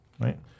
right